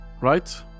Right